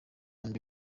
ndi